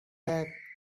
back